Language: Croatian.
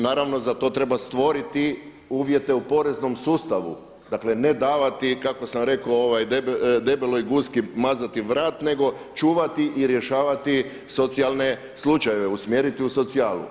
Naravno za to treba stvoriti uvjete u poreznom sustavu, dakle ne davati kako sam rekao debeloj guski mazati vrat nego čuvati i rješavati socijalne slučajeve, usmjeriti u socijalu.